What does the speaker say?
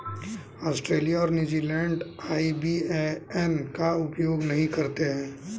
Australia और New Zealand IBAN का उपयोग नहीं करते हैं